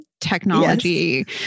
technology